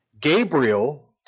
Gabriel